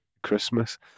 christmas